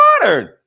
modern